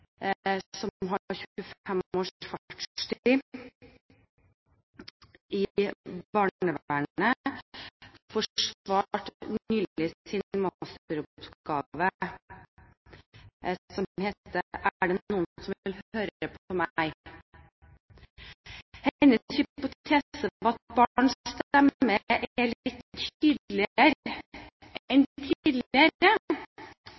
som har 25 års fartstid i barnevernet, forsvarte nylig sin masteroppgave, «Er det noen som vil høre på meg?» Hennes hypotese var at barns stemme er litt tydeligere enn